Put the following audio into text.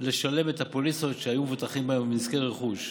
לשלם את הפוליסות שהיו מבוטחים בהן בנזקי רכוש,